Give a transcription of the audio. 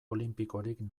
olinpikorik